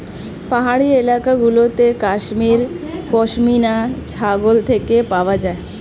পাহাড়ি এলাকা গুলোতে কাশ্মীর পশমিনা ছাগল থেকে পাওয়া যায়